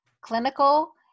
clinical